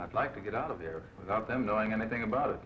i'd like to get out of there without them knowing anything about